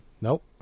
Nope